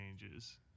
changes